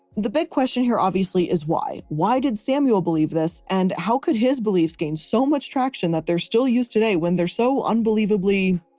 the big question here obviously is why, why did samuel believe this? and how could his beliefs gain so much traction that they're still used today when they're so unbelievably